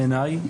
בעיניי,